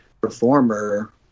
performer